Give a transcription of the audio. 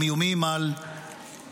עם איומים על נפש,